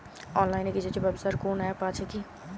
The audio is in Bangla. অনলাইনে কৃষিজ ব্যবসার কোন আ্যপ আছে কি?